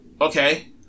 Okay